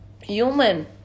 human